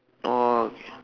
oh